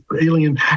alien